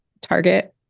Target